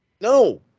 No